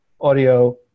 audio